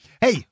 Hey